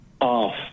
off